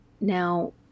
now